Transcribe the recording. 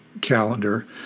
Calendar